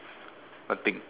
nothing